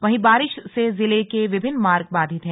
वहीं बारिश से जिले के विभिन्न मार्ग बाधित हैं